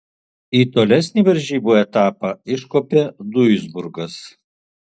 į tolesnį varžybų etapą iškopė duisburgas